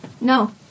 No